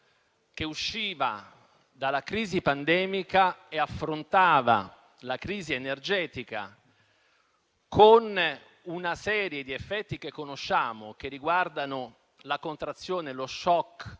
che usciva dalla crisi pandemica e affrontava la crisi energetica con una serie di effetti che conosciamo riguardanti la contrazione, lo *shock*